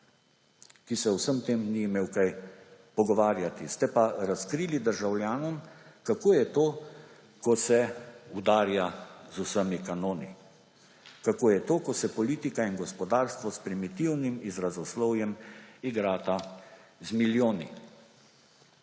ki se o vsem tem ni imel kaj pogovarjati. Ste pa razkrili državljanom, kako je to, ko se udarja z vsemi kanoni; kako je to, ko se politika in gospodarstvo s primitivnim izrazoslovjem igrata z milijoni.